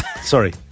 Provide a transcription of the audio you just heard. Sorry